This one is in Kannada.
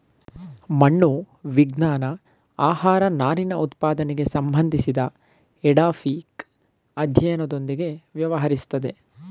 ಮಣ್ಣು ವಿಜ್ಞಾನ ಆಹಾರನಾರಿನಉತ್ಪಾದನೆಗೆ ಸಂಬಂಧಿಸಿದಎಡಾಫಿಕ್ಅಧ್ಯಯನದೊಂದಿಗೆ ವ್ಯವಹರಿಸ್ತದೆ